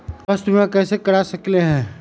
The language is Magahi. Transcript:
स्वाथ्य बीमा कैसे करा सकीले है?